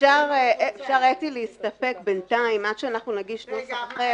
אפשר להסתפק בינתיים, עד שנגיש נוסח אחר,